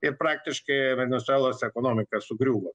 ir praktiškai venesuelos ekonomika sugriuvo